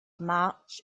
march